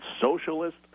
socialist